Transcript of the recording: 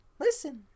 listen